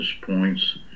points